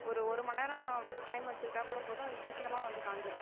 ஒரு ஒரு மணி நேரம் டைம் எடுத்துக்கிட்டால் கூட போதும் அது சீக்கரமா வந்து காஞ்சிடும்